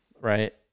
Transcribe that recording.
Right